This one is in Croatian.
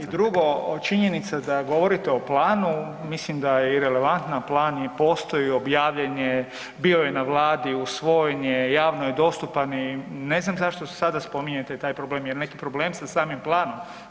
I drugo, činjenica da govorite o planu, mislim da je irelevantna, plan postoji, objavljen je, bio je na Vladi, usvojen je, javno je dostupan i ne znam zašto sada spominjete taj problem, jel' neki problem sa samim planom?